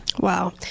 Wow